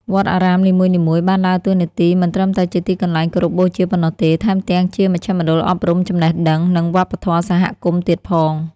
វត្តអារាមនីមួយៗបានដើរតួនាទី មិនត្រឹមតែជាទីកន្លែងគោរពបូជាប៉ុណ្ណោះទេ ថែមទាំងជាមជ្ឈមណ្ឌលអប់រំ ចំណេះដឹង និងវប្បធម៌សហគមន៍ទៀតផង។